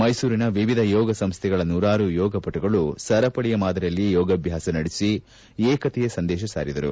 ಮೈಸೂರಿನ ವಿವಿಧ ಯೋಗಸಂಸ್ಥೆಗಳ ನೂರಾರು ಯೋಗಪಟುಗಳು ಸರಪಳಿಯ ಮಾದರಿಯಲ್ಲಿ ಯೋಗಾಭ್ಯಾಸ ನಡೆಸಿ ಏಕತೆಯ ಸಂದೇಶ ಸಾರಿದರು